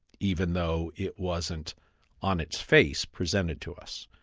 even though it wasn't on its face, presented to us.